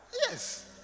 Yes